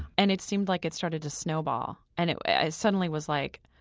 and it seemed like it started to snowball. and it suddenly was like,